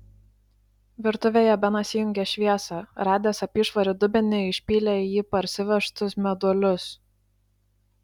virtuvėje benas įjungė šviesą radęs apyšvarį dubenį išpylė į jį parsivežtus meduolius